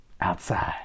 outside